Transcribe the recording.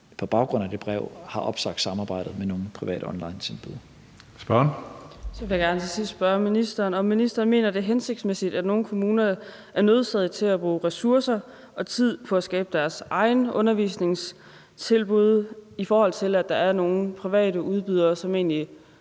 næstformand (Karsten Hønge): Spørgeren. Kl. 15:44 Helena Artmann Andresen (LA): Så vil jeg gerne til sidst spørge ministeren, om ministeren mener, det er hensigtsmæssigt, at nogle kommuner er nødsaget til at bruge ressourcer og tid på at skabe deres egne undervisningstilbud, i forhold til at der er nogle private udbydere, som egentlig